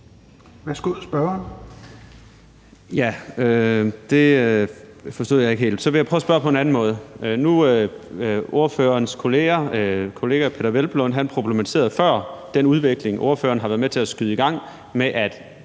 Aagaard Melson (V): Det forstod jeg ikke helt, så jeg vil prøve at spørge på en anden måde. Ordførerens kollega Peder Hvelplund problematiserede før den udvikling, ordføreren har været med til at skyde i gang, med, at